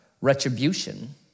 retribution